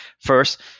first